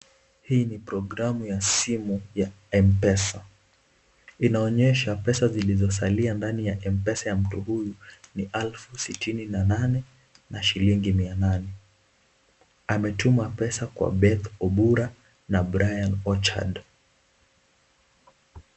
Hii ni programu ya simu ya mpesa. Inaonyesha pesa zilizosalia ndani ya mpesa ya mtu huyu ni elfu sitini na nane na shilingi mia nane. Ametuma pesa kwa beth Obura na Brian Ochando.